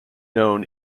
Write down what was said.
known